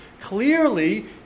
clearly